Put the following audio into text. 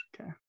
Okay